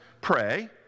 pray